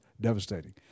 devastating